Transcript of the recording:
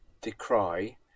decry